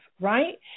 right